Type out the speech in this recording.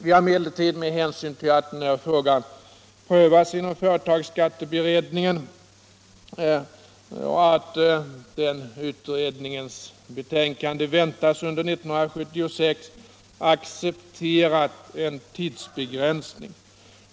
Vi har emellertid med hänsyn till att denna fråga prövas inom företagsskatteberedningen och att den utredningens betänkande väntas under 1976 accepterat en tidsbegränsning.